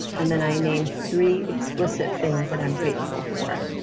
and then, i name three explicit things that i'm grateful for.